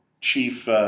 chief